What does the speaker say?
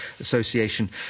Association